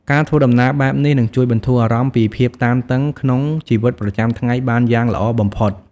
ការធ្វើដំណើរបែបនេះនឹងជួយបន្ធូរអារម្មណ៍ពីភាពតានតឹងក្នុងជីវិតប្រចាំថ្ងៃបានយ៉ាងល្អបំផុត។